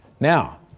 now,